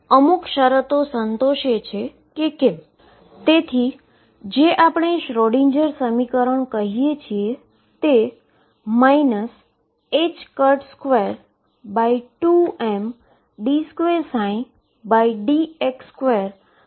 તેથી મેં તમને જે બતાવ્યું તે છે કે શ્રોડિંજર સમીકરણ d2dx2 12m2x2xEψx છે તે શ્રોડિંજર સમીકરણ પાર્ટીકલની સીમ્પલ હાર્મોનીક ઓસ્સિલેટર માટે છે